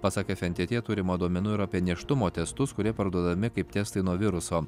pasak fntt turima duomenų ir apie nėštumo testus kurie parduodami kaip testai nuo viruso